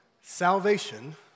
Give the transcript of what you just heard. Salvation